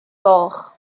goch